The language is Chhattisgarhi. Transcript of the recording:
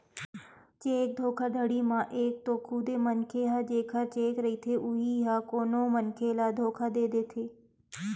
चेक धोखाघड़ी म एक तो खुदे मनखे ह जेखर चेक रहिथे उही ह कोनो मनखे ल धोखा दे देथे